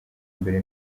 mbere